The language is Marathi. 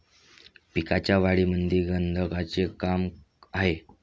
पिकाच्या वाढीमंदी गंधकाचं का काम हाये?